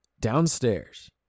downstairs